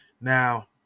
Now